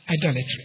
idolatry